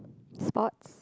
sports